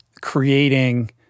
creating